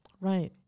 Right